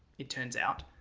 it turns out,